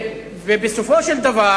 בסופו של דבר